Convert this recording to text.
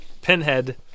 pinhead